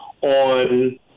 on